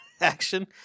action